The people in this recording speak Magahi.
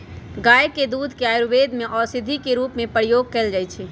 गाय के दूध के आयुर्वेद में औषधि के रूप में प्रयोग कएल जाइ छइ